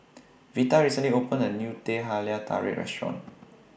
Vita recently opened A New Teh Halia Tarik Restaurant